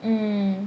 mm